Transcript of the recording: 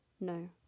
No